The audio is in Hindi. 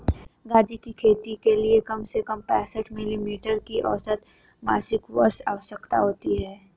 गांजे की खेती के लिए कम से कम पैंसठ मिली मीटर की औसत मासिक वर्षा आवश्यक है